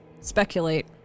speculate